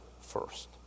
first